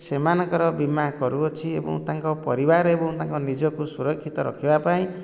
ସେମାନଙ୍କର ବୀମା କରୁଅଛି ଏବଂ ତାଙ୍କ ପରିବାର ଏବଂ ତାଙ୍କୁ ନିଜକୁ ସୁରକ୍ଷିତ ରଖିବା ପାଇଁ